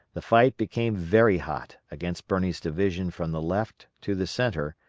the fight became very hot against birney's division from the left to the centre,